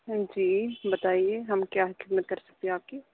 ہاں جی بتائیے ہم کیا خدمت کر سکتے ہیں آپ کی